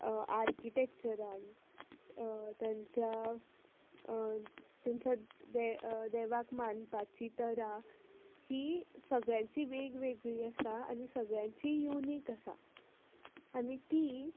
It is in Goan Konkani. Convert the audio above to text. आर्किटॅक्चरान तांच्या तांच्या दे देवाक मानपाची तरा ही सगळ्यांची वेगवेगळी आसा आनी सगळ्यांची युनीक आसा आनी ती